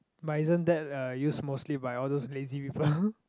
but isn't that uh used mostly by all those lazy people